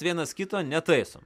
vienas kito netaisom